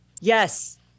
Yes